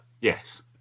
Yes